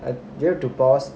do we have to pause